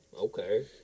Okay